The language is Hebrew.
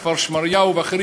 כפר-שמריהו ואחרים,